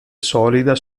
solida